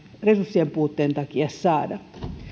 resurssien puutteen takia saada